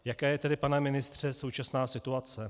Jaká je tedy, pane ministře, současná situace?